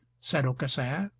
said aucassin.